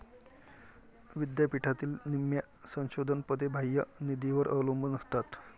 विद्यापीठातील निम्म्या संशोधन पदे बाह्य निधीवर अवलंबून असतात